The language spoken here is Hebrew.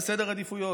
בסדר העדיפויות,